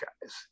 guys